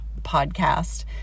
podcast